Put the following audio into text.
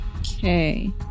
Okay